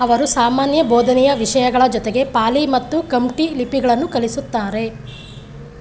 ಅವರು ಸಾಮಾನ್ಯ ಬೋಧನೆಯ ವಿಷಯಗಳ ಜೊತೆಗೆ ಪಾಲಿ ಮತ್ತು ಕಮ್ಟಿ ಲಿಪಿಗಳನ್ನೂ ಕಲಿಸುತ್ತಾರೆ